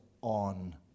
on